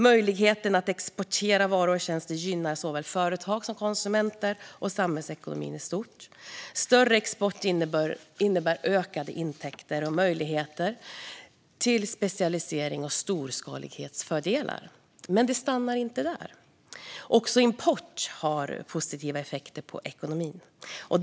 Möjligheten att exportera varor och tjänster gynnar såväl företag och konsumenter som samhällsekonomin i stort. Större export innebär ökade intäkter och möjligheter till specialisering och storskalighetsfördelar. Det stannar dock inte där, för även import har positiva effekter på ekonomin.